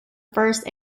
first